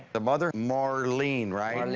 the mother, maurlene, right?